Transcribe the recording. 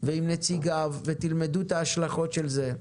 ועם נציגיו ותלמדו את ההשלכות של זה.